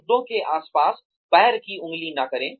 मुद्दों के आसपास पैर की अंगुली न करें